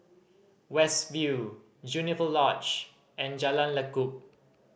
West View Juniper Lodge and Jalan Lekub